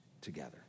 together